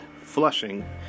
flushing